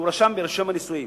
שהוא רשם ברשם הנישואים,